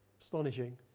astonishing